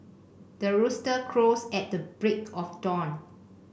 the rooster crows at the break of dawn